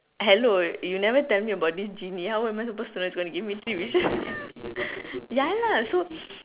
hello you never tell me about this genie how am I supposed to know it's gonna give me three wishes ya lah so